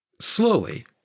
Slowly